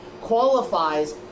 qualifies